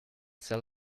sell